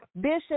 Bishop